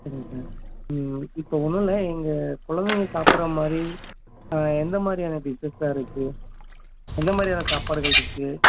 சரிங்க சார் இப்போ ஒன்றுல்ல எங்கள் கொழந்தைங்க சாப்பிட்ற மாதிரி எந்த மாதிரியான டிஷ்ஷஸ்லாம் இருக்குது எந்த மாதிரியான சாப்பாடுகள் இருக்குது